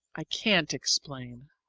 i can't explain.